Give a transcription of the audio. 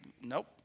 Nope